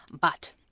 But